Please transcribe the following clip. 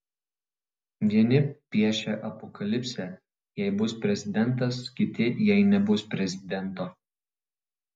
vieni piešia apokalipsę jei bus prezidentas kiti jei nebus prezidento